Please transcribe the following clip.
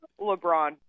lebron